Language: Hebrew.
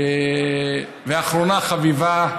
ואחרונה חביבה,